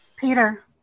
Peter